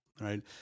Right